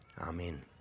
Amen